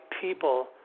people